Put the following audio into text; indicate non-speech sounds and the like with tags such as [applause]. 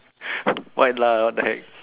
[breath] white lah what the heck